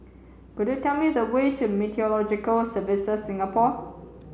could you tell me the way to Meteorological Services Singapore